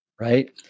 right